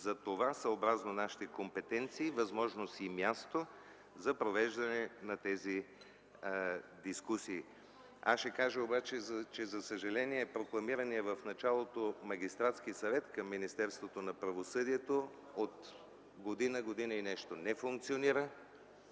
за това съобразно нашите компетенции, възможност и място за провеждане на тези дискусии. Аз ще кажа обаче, че за съжаление прокламирания в началото Магистратски съвет към Министерството на правосъдието от година, година и нещо не функционира,